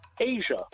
Asia